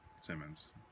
Simmons